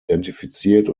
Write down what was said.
identifiziert